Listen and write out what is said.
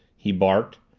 he barked.